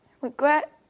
regret